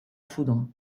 foudre